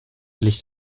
licht